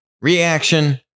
Reaction